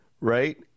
right